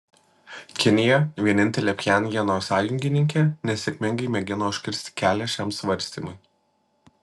kinija vienintelė pchenjano sąjungininkė nesėkmingai mėgino užkirsti kelią šiam svarstymui